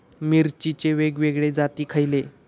मिरचीचे वेगवेगळे जाती खयले?